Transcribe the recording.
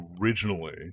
Originally